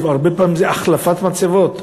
הרבה פעמים זה החלפת מצבות,